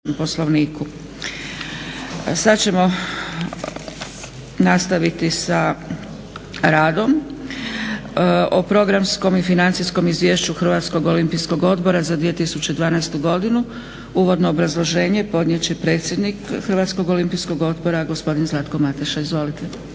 sad ćemo nastaviti sa radom o programskom i financijskom izvješću Hrvatskog olimpijskog odbora za 2012. godinu. Uvodno obrazloženje podnijet će predsjednik Hrvatskog olimpijskog odbora gospodin Zlatko Mateša. Izvolite.